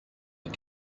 les